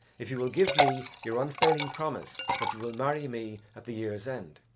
if you will give me your unfailing promise that you will marry me at the year's end.